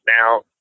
Now